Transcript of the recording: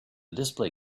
display